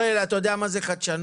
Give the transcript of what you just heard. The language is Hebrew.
הראל, אתה יודע מה זה חדשנות?